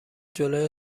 جلوی